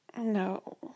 No